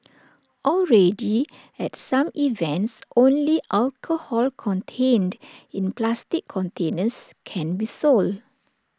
already at some events only alcohol contained in plastic containers can be sold